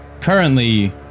Currently